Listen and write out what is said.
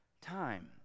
time